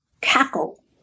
cackle